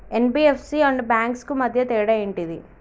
NBFC and banks కు మధ్య తేడా ఏంటిది?